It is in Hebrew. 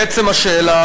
לעצם השאלה,